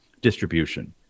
distribution